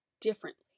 differently